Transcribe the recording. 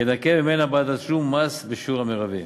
ינכה ממנה בעת התשלום מס בשיעור המרבי".